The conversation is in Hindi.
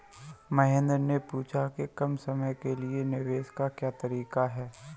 महेन्द्र ने पूछा कि कम समय के लिए निवेश का क्या तरीका है?